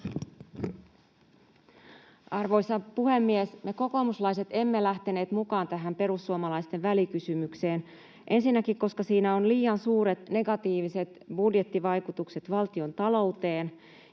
Arvoisa puhemies! Me kokoomuslaiset emme lähteneet mukaan tähän perussuomalaisten välikysymykseen ensinnäkin siksi, koska siinä on liian suuret negatiiviset budjettivaikutukset valtiontalouteen,